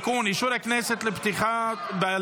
זהו.